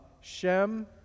Shem